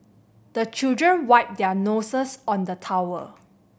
the children wipe their noses on the towel